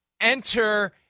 enter